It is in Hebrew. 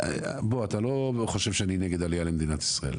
בוא, אתה לא חושב שאני נגד עליה למדינת ישראל.